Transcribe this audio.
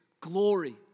glory